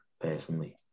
personally